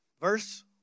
verse